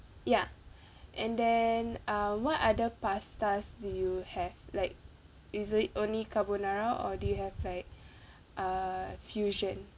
ya and then uh what other pastas do you have like is it only carbonara or do you have like err fusion